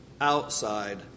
outside